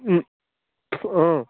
অঁ